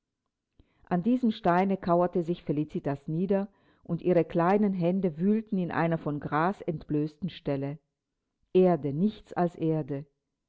an diesem steine kauerte sich felicitas nieder und ihre kleinen hände wühlten in einer von gras entblößten stelle erde nichts als erde